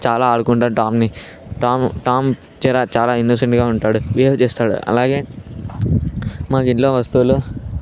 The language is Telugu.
చాలా ఆడుకుంటాం టామ్ని టామ్ టామ్ చా చాలా ఇన్నోసెంట్గా ఉంటాడు బిహేవ్ చేస్తాడు అలాగే మాకు ఇంట్లో వస్తువులు